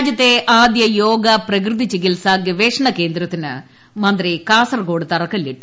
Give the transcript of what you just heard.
രാജ്യത്തെ ആദ്യ യോഗ പ്രകൃതിച്ചികിത്സ ഗവേഷണ കേന്ദ്ര ത്തിന് മന്ത്രി കാസർകോഡ് തിറ്ക്ക്ല്ലിട്ടു